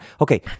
Okay